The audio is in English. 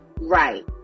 right